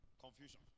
confusion